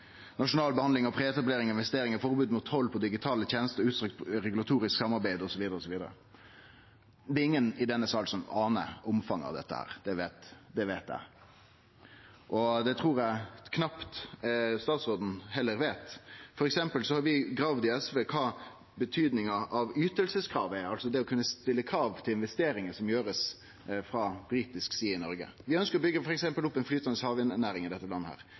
preetablering av investeringar, forbod mot toll på digitale tenester og utstrekt regulatorisk samarbeid osv., osv. Det er ingen i denne salen som aner omfanget av dette, det veit eg. Og det trur eg knapt statsråden veit. Vi i SV har grave i kva betydinga av ytingskrav er, altså det å kunne stille krav til investeringar som blir gjorde frå britisk side i Noreg. Vi ønskjer f.eks. å byggje opp ei flytande havvindnæring i dette landet.